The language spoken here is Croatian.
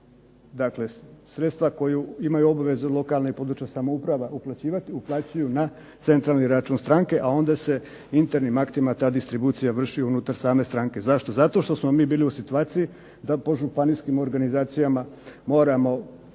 dakle sredstva koju imaju obvezu lokalna i područna samouprava uplaćivati, uplaćuju na centralni račun stranke, a onda se internim aktima ta distribucija vrši unutar same stranke. Zašto? Zato što smo mi bili u situaciji da po županijskim organizacijama moramo